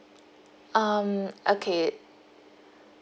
um okay